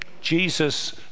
Jesus